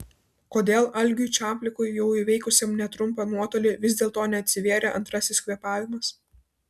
kodėl algiui čaplikui jau įveikusiam netrumpą nuotolį vis dėlto neatsivėrė antrasis kvėpavimas